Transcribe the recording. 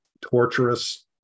torturous